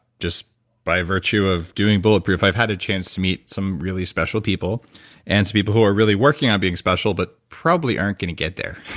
just by virtue of doing bulletproof, i've had a chance to meet some really special people and to people who are really working on being special but probably aren't going to get there.